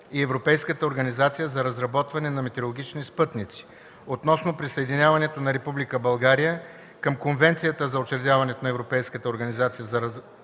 и Европейската организация за разработване на метеорологични спътници относно присъединяването на Република България към Конвенцията за учредяването на Европейската организация за разработване